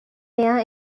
were